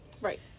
right